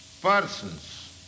persons